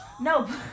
No